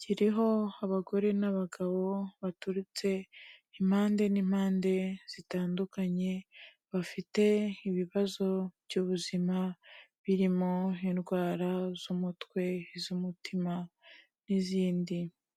kiriho abagore n'abagabo baturutse impande n'impande zitandukanye, bafite ibibazo by'ubuzima, birimo indwara z'umutwe iz'umutima n'izindi.